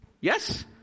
Yes